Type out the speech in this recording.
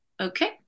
okay